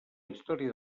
història